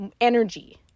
energy